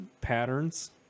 patterns